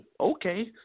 Okay